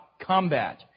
combat